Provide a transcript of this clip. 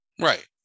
right